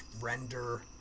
render